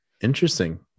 interesting